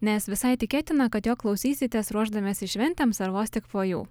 nes visai tikėtina kad jo klausysitės ruošdamiesi šventėms ar vos tik po jų